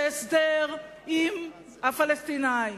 שהסדר עם הפלסטינים